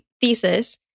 thesis